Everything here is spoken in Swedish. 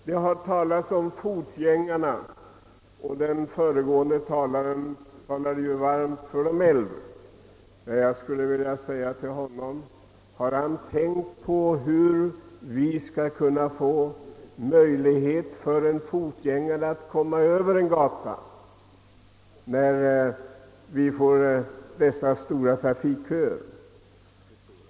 Det har talats om fotgängarna, och den föregående talaren pläderade varmt för de äldre fotgängarna. Jag skulle vilja fråga honom om han har tänkt på hur en fotgängare skall kunna få möjlighet att komma över en gata vid uppkomsten av stora trafikköer.